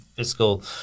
Fiscal